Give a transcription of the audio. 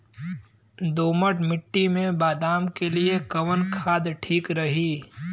दोमट मिट्टी मे बादाम के लिए कवन खाद ठीक रही?